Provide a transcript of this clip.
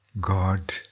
God